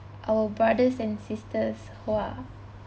our brothers and sisters who are